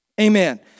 Amen